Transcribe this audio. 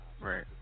right